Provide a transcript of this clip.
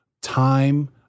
Time